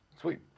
Sweet